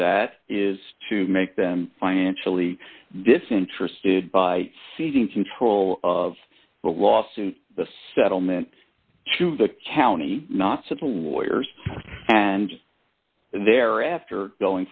that is to make them financially disinterested by seizing control of the lawsuit the settlement to the county not civil lawyers and they're after going